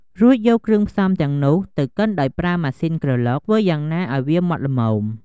រួចយកគ្រឿងផ្សំទាំងនោះទៅកិនដោយប្រើ ម៉ាស៊ីនក្រឡុក ធ្វើយ៉ាងណាឱ្យវាម៉ដ្ឋល្មម។